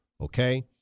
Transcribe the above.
okay